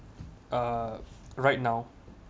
uh right now